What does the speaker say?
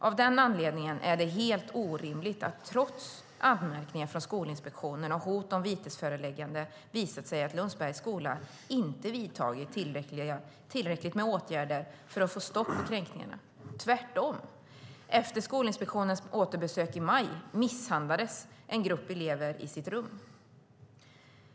Av den anledningen är det helt orimligt att trots anmärkningar från Skolinspektionen och hot om vitesföreläggande Lundsbergs skola inte har visat sig vidta tillräckligt med åtgärder för att få stopp på kränkningarna, tvärtom. Efter Skolinspektionens återbesök i maj misshandlades en grupp elever i sitt rum.